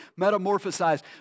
metamorphosized